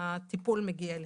הטיפול מגיע אליהן.